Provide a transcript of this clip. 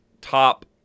top